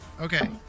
Okay